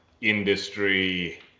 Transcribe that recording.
industry